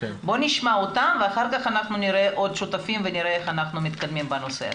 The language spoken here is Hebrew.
נשמע אותם ואחר כך נראה עוד שותפים ונראה איך אנחנו מתקדמים בנושא הזה.